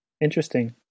interesting